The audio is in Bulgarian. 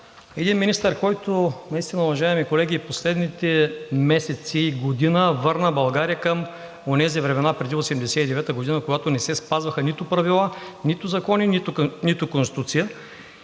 Един министър, който наистина, уважаеми колеги, последните месеци и година върна България към онези времена преди 1989 г., когато не се спазваха нито правила, нито закони, нито Конституция.